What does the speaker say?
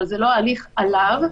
אבל ההליך הוא לא עליו.